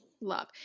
Love